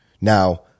now